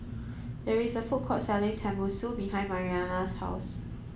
there is a food court selling Tenmusu behind Mariana's house